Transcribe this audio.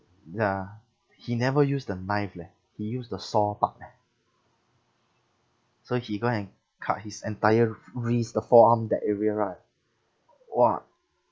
ya he never use the knife leh he used the saw part leh so he go and cut his entire wr~ wrist the forearm that area right !wah!